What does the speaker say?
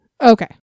Okay